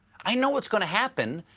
i know what's going to happen,